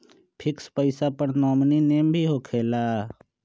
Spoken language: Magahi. फिक्स पईसा पर नॉमिनी नेम भी होकेला?